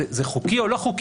זה חוקי או לא חוקי.